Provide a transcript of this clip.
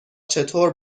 چطور